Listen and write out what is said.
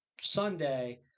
Sunday